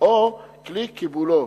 או את כלי קיבולו,